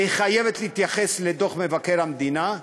והיא חייבת להתייחס לדוח מבקר המדינה.